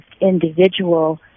individual